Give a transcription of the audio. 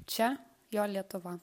čia jo lietuva